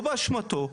לא באשמתו,